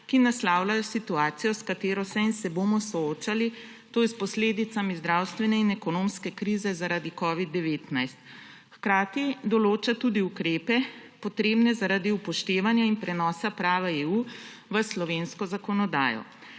ki naslavljajo situacijo, s katero se bomo soočali, to je s posledicami zdravstvene in ekonomske krize zaradi covida-19. Hkrati določa tudi ukrepe, potrebne zaradi upoštevanja in prenosa prava EU v slovensko zakonodajo.